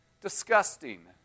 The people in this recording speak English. disgusting